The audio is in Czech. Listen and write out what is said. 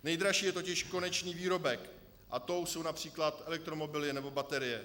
Nejdražší je totiž konečný výrobek a tím jsou například elektromobily nebo baterie.